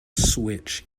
switch